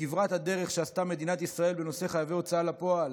כברת הדרך שעשתה מדינת ישראל בנושא חייבי הוצאה לפועל,